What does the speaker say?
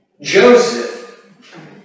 Joseph